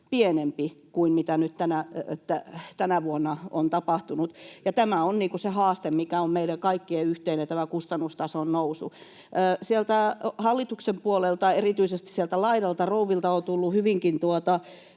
pienempi kuin mitä nyt tänä vuonna on tapahtunut. Tämä on se haaste, mikä on meidän kaikkien yhteinen, tämä kustannustason nousu. Sieltä hallituksen puolelta, erityisesti sieltä laidalta rouvilta on tullut hyvinkin